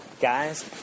Guys